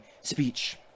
speech